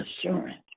assurance